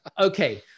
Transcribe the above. okay